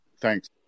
thanks